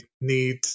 need